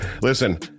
Listen